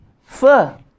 fur